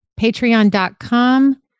patreon.com